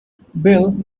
bill